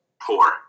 poor